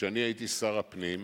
כשאני הייתי שר הפנים,